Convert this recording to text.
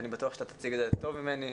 אני בטוח שאתה תציג את זה טוב ממני.